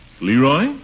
Leroy